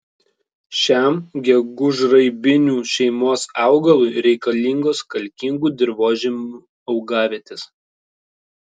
šiam gegužraibinių šeimos augalui reikalingos kalkingų dirvožemių augavietės